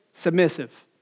submissive